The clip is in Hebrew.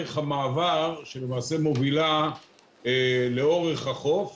את דרך המעבר שלמעשה מובילה לאורך החוף,